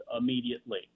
immediately